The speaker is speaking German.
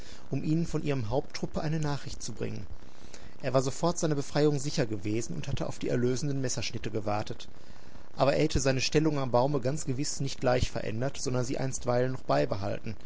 um ihnen von ihrem haupttruppe eine nachricht zu bringen er war sofort seiner befreiung sicher gewesen und hatte auf die erlösenden messerschnitte gewartet aber er hätte seine stellung am baume ganz gewiß nicht gleich verändert sondern sie einstweilen noch beibehalten